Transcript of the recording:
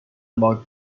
about